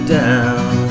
down